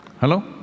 Hello